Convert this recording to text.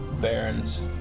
Baron's